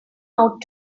out